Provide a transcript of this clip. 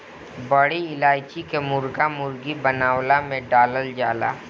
बड़ी इलायची के मुर्गा मुर्गी बनवला में डालल जाला